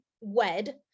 wed